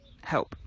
help